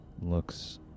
looks